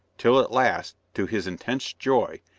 till at last, to his intense joy,